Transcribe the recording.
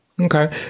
Okay